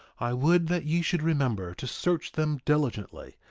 i would that ye should remember to search them diligently,